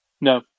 No